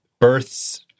births